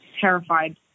terrified